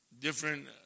different